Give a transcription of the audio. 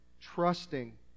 trusting